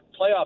playoff